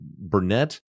Burnett